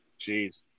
Jeez